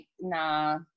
nah